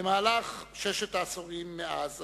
במהלך ששת העשורים מאז,